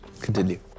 continue